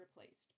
replaced